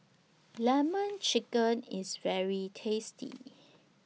Lemon Chicken IS very tasty